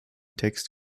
text